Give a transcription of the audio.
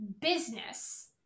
business